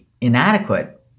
inadequate